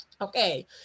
okay